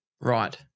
Right